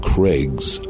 Craig's